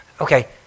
Okay